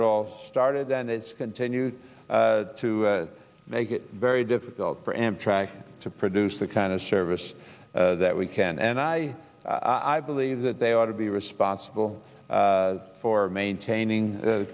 it all started and it's continued to make it very difficult for amtrak to produce the kind of service that we can and i i believe that they ought to be responsible for maintaining the